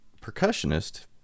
percussionist